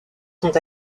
sont